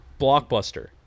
Blockbuster